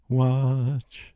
watch